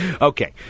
Okay